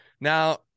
now